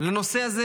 לנושא הזה